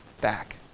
back